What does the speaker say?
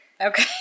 Okay